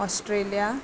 Australia